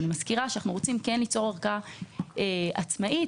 אני מזכירה שאנחנו רוצים ליצור ערכאה עצמאית,